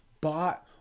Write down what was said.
bought